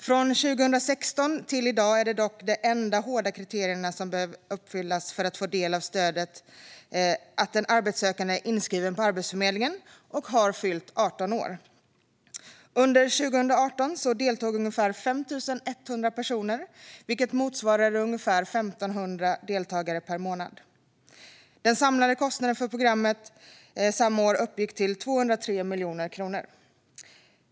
Från 2016 till i dag är dock de enda hårda kriterierna som behöver uppfyllas för att få ta del av stödet att den arbetssökande är inskriven på Arbetsförmedlingen och har fyllt 18 år. Under 2018 deltog ungefär 5 100 personer, vilket motsvarade ungefär 1 500 deltagare per månad. Den samlade kostnaden för programmet 2018 uppgick till 203 miljoner kronor.